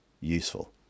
useful